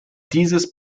dieses